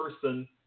person